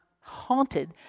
haunted